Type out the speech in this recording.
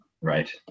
Right